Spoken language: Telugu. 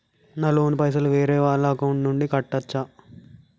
నా లోన్ పైసలు వేరే వాళ్ల అకౌంట్ నుండి కట్టచ్చా?